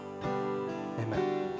amen